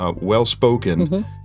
well-spoken